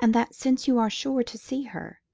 and that, since you are sure to see her,